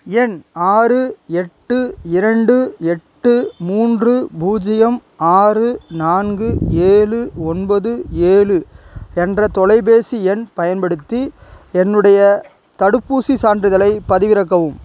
எண் ஆறு எட்டு இரண்டு எட்டு மூன்று பூஜ்ஜியம் ஆறு நான்கு ஏழு ஒன்பது ஏழு என்ற தொலைபேசி எண் பயன்படுத்தி என்னுடைய தடுப்பூசிச் சான்றிதழைப் பதிவிறக்கவும்